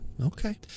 Okay